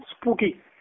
spooky